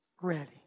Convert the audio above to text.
ready